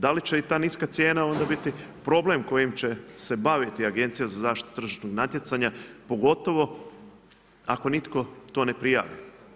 Da li će i ta niska cijena onda biti problem kojim će se baviti Agencija za zaštitu tržišnog natjecanja, pogotovo ako nitko to ne prijavi?